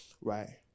right